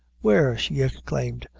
where? she exclaimed,